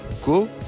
cool